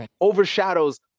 overshadows